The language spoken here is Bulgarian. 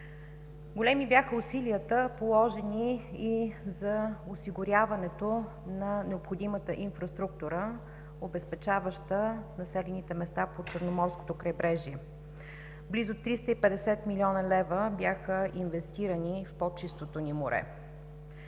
Големи бяха усилията, положени и за осигуряването на необходимата инфраструктура, обезпечаваща населените места по Черноморското крайбрежие. Близо 350 млн. лв. бяха инвестирани за по-чистото ни море.